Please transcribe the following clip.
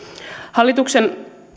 hallituksen